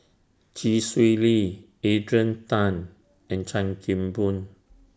Chee Swee Lee Adrian Tan and Chan Kim Boon